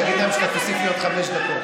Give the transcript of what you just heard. תגיד להם שתוסיף לי עוד חמש דקות.